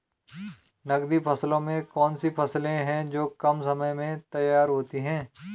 नकदी फसलों में कौन सी फसलें है जो कम समय में तैयार होती हैं?